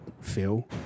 feel